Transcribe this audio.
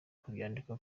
kubyandika